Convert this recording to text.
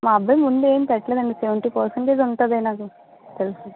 మా అబ్బాయి ముందు ఏమి పెట్టలేదండి సెవెంటీ పర్సెంటేజ్ ఉంటుంది ఎలాగో తెలుసు